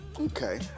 Okay